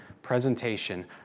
presentation